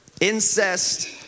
incest